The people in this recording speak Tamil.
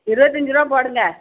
இருபத்தஞ்சு ருபா போடுங்க